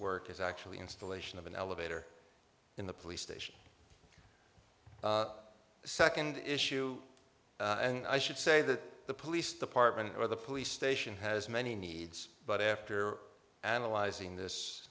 work is actually installation of an elevator in the police station second issue and i should say that the police department or the police station has many needs but after analyzing this